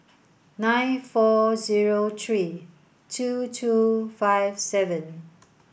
nine four zero three two two five seven